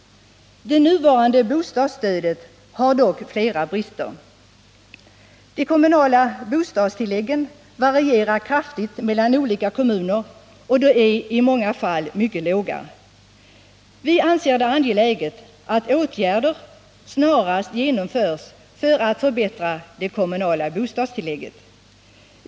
Det nuvarande bostadsstödet har dock flera brister. De kommunala bostadstilläggen varierar kraftigt mellan olika kommuner, och de är i många fall mycket låga. Vi anser det angeläget att åtgärder snarast genomförs för att förbättra det kommunala bostadstillägget.